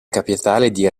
capitale